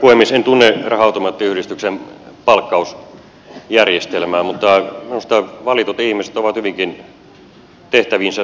en tunne raha automaattiyhdistyksen palkkausjärjestelmää mutta minusta valitut ihmiset ovat hyvinkin tehtäviinsä sopivia